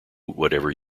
whatever